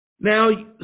Now